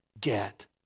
get